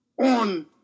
on